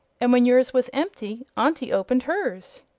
and when yours was empty, auntie opened hers.